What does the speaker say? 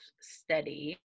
steady